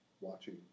watching